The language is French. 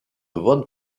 von